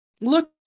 Look